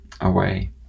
away